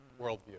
worldview